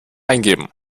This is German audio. eingeben